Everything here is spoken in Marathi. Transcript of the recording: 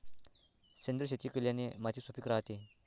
सेंद्रिय शेती केल्याने माती सुपीक राहते